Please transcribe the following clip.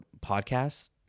podcast